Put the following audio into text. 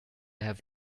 have